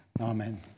Amen